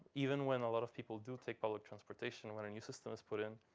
even when a lot of people do take public transportation when a new system is put in,